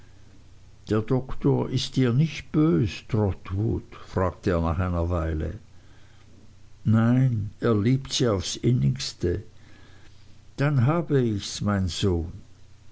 der doktor ist ihr nicht bös trotwood fragte er nach einer weile nein er liebt sie aufs innigste dann habe ichs mein sohn